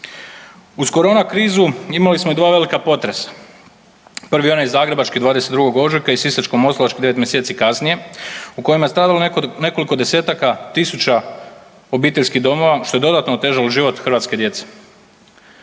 Uz korona krizu imali smo i dva velika potresa. Prvi onaj zagrebački 22. ožujka i sisačko-moslavački 9 mjeseci kasnije u kojima je stradalo nekoliko desetaka tisuća obiteljskih domova što je dodatno otežalo život hrvatske djece.